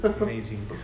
Amazing